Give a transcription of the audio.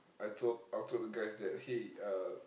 I told I told the guys that hey uh